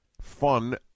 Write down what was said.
fun